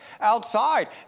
outside